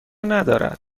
ندارد